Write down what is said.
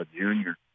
junior